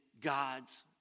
God's